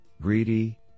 greedy